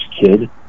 kid